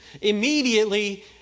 immediately